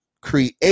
create